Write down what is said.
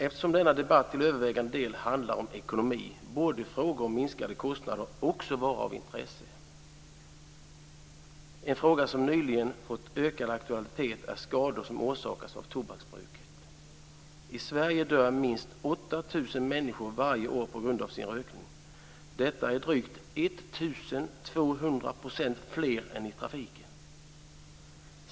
Eftersom denna debatt till övervägande del handlar om ekonomi borde frågor om minskade kostnader också vara av intresse. En fråga som nyligen fått ökad aktualitet är skador som orsakas av tobaksbruket. I Sverige dör minst Detta är drygt 1 200 % fler än i trafiken.